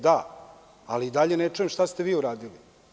Da, ali i dalje ne čujem šta ste vi uradili?